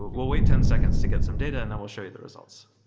we'll wait ten seconds to get some data and then we'll show you the results.